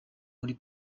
muri